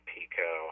Pico